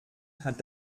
hat